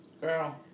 Girl